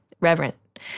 reverent